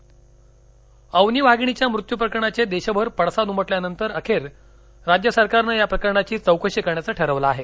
अवनी अवनी वाघिणीच्या मृत्यूप्रकरणाचे देशभर पडसाद उमटल्यानंतर अखेर राज्य सरकारने या प्रकरणाची चौकशी करण्याचं ठरवलं आहे